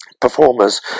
performers